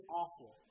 awful